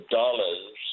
dollars